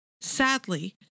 Sadly